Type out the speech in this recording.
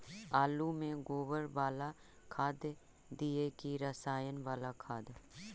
आलु में गोबर बाला खाद दियै कि रसायन बाला खाद?